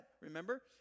Remember